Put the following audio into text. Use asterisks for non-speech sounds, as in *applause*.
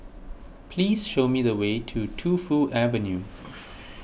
please show me the way to Tu Fu Avenue *noise*